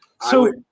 So-